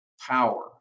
power